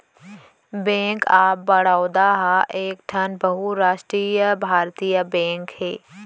bank of Baroda ह एकठन बहुरास्टीय भारतीय बेंक हे